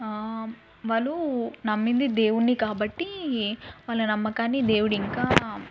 వాళ్ళు నమ్మింది దేవుడిని కాబట్టి వాళ్ల నమ్మకాన్ని దేవుడు ఇంకా